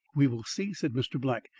we will see, said mr. black,